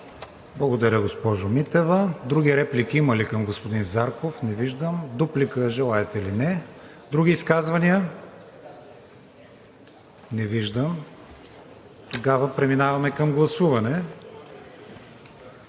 Благодаря, госпожо Митева. Други реплики има ли към господин Зарков? Не виждам. Дуплика – желаете ли? Не. Други изказвания? Не виждам. Тогава преминаваме към гласуване.